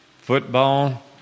football